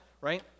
right